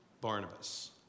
Barnabas